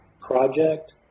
Project